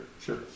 sure